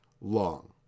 long